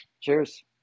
Cheers